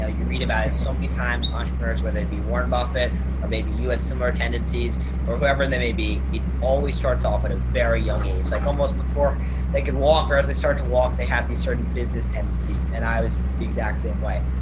ah you read about so many times entrepreneurs, whether they be warren buffett or maybe you had similar tendencies or whoever they may be always starts off at a very young age, like almost before they can walk or as they start to walk, they have these certain business tendencies and i was the exact same way.